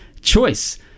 choice